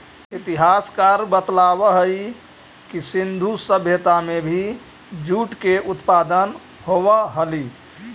इतिहासकार बतलावऽ हई कि सिन्धु सभ्यता में भी जूट के उत्पादन होवऽ हलई